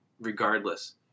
regardless